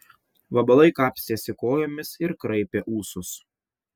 vabalai kapstėsi kojomis ir kraipė ūsus